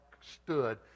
stood